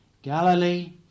Galilee